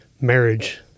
marriage